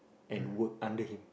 and work under him